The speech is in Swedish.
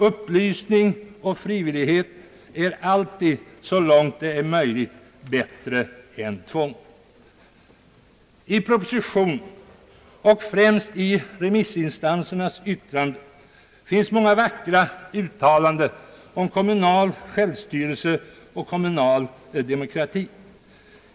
Upplysning och frivillighet är alltid så långt det är möjligt bättre än tvång. I propositionen och främst i remissinstansernas yttranden finns många vackra uttalanden om kommunal självstyrelse och kommunal demokrati.